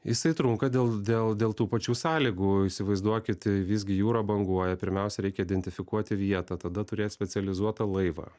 jisai trunka dėl dėl dėl tų pačių sąlygų įsivaizduokit visgi jūra banguoja pirmiausia reikia identifikuoti vietą tada turėt specializuotą laivą